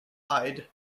eyed